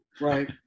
right